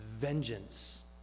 vengeance